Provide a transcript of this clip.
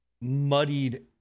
muddied